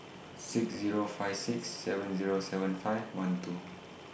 six Zero five six seven Zero seven five one two